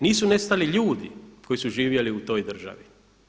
Nisu nestali ljudi koji su živjeli u toj državi.